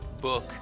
book